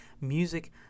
music